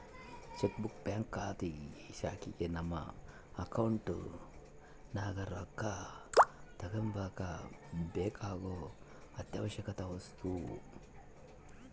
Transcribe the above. check book bank ಶಾಖೆಗ ನಮ್ಮ account ನಗ ರೊಕ್ಕ ತಗಂಬಕ ಬೇಕಾಗೊ ಅತ್ಯಾವಶ್ಯವಕ ವಸ್ತು